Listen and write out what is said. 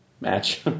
Match